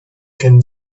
can